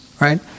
right